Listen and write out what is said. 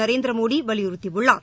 நரேந்திரமோடி வலியுறுத்தி உள்ளார்